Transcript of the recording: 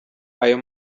ayo